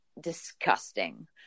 disgusting